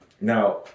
Now